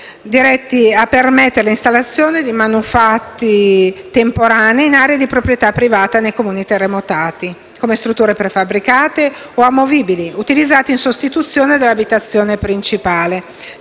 diretto a permettere l'installazione di manufatti temporanei in aree di proprietà privata nei comuni terremotati, come strutture prefabbricate o amovibili, utilizzati in sostituzione dell'abitazione principale